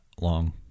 long